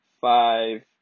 five